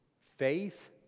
faith